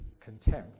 contempt